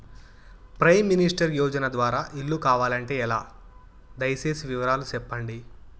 Prime minister యోజన ద్వారా ఇల్లు కావాలంటే ఎలా? దయ సేసి వివరాలు సెప్పండి?